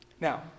Now